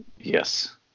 Yes